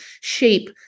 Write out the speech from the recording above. shape